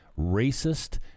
racist